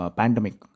pandemic